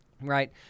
right